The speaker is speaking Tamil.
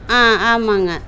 ஆ ஆமாங்க